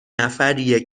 نفریه